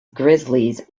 grizzlies